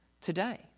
today